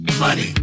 money